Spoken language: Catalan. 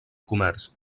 comerç